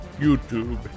YouTube